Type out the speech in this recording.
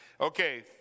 Okay